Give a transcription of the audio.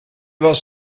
was